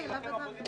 בעד 3,